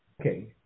Okay